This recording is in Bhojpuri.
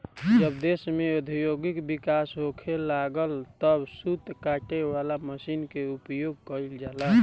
जब देश में औद्योगिक विकास होखे लागल तब सूत काटे वाला मशीन के उपयोग गईल जाला